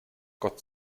gott